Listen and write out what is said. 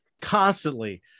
constantly